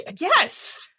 yes